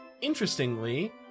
Interestingly